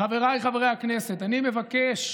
חבריי חברי הכנסת, אני מבקש